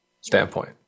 standpoint